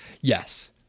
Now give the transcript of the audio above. Yes